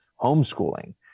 homeschooling